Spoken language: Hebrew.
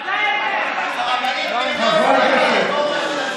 הרפורמה, חברי הכנסת.